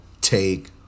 Take